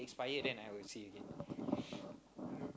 expired then I will see again